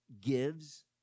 gives